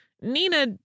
Nina